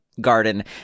garden